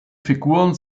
figuren